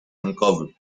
uncovered